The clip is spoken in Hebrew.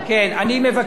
אני מבקש,